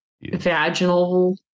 vaginal